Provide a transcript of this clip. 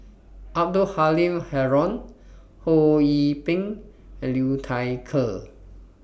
Abdul Halim Haron Ho Yee Ping and Liu Thai Ker